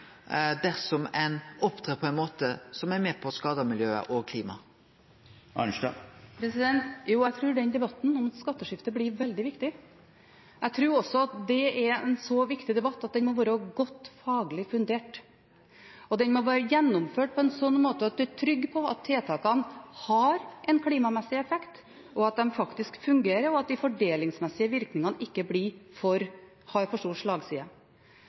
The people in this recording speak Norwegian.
dersom ein opptrer på ein måte som er med på å skade miljøet og klimaet? Jeg tror den debatten om skatteskiftet blir veldig viktig. Jeg tror også at det er en så viktig debatt at den må være godt faglig fundert, og den må være gjennomført på en sånn måte at man er trygg på at tiltakene har en klimamessig effekt, at de faktisk fungerer, og at de fordelingsmessige virkningene ikke gir for stor slagside.